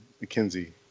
Mackenzie